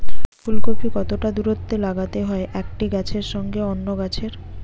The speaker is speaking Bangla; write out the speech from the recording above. ফুলকপি কতটা দূরত্বে লাগাতে হয় একটি গাছের সঙ্গে অন্য গাছের?